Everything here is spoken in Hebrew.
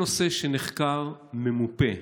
נושא שנחקר, ממופה,